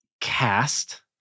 cast